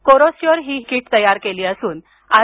कोरोस्योर ही किट तयार केली असून आर